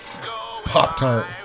Pop-Tart